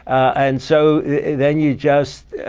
and so then you just